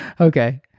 Okay